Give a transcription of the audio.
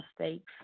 mistakes